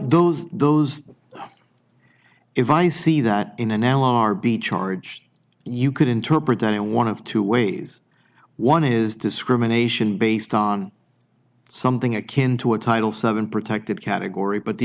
those those if i see that in an hour are be charged you could interpret that one of two ways one is discrimination based on something akin to a title seven protected category but the